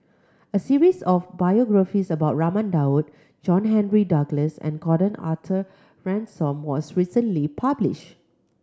a series of biographies about Raman Daud John Henry Duclos and Gordon Arthur Ransome was recently published